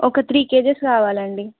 ఒక three kgs కావాలండి